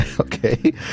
okay